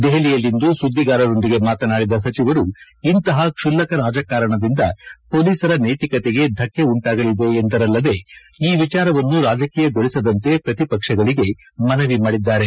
ದೆಹಲಿಯಲ್ಲಿಂದು ಸುದ್ಗಿಗಾರರೊಂದಿಗೆ ಮಾತನಾಡಿದ ಸಚಿವರು ಇಂತಹ ಕ್ಸುಲ್ಲಕ ರಾಜಕಾರಣದಿಂದ ಪೊಲೀಸರ ನೈತಿಕತೆಗೆ ಧಕ್ಕೆ ಉಂಟಾಗಲಿದೆ ಎಂದರಲ್ಲದೆ ಈ ವಿಚಾರವನ್ನು ರಾಜಕೀಯಗೊಳಿಸದಂತೆ ಪ್ರತಿಪಕ್ಷಗಳಿಗೆ ಮನವಿ ಮಾಡಿದ್ದಾರೆ